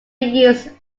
used